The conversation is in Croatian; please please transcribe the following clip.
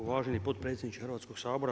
Uvaženi potpredsjedniče Hrvatskog sabora.